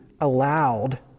allowed